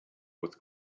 with